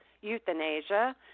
euthanasia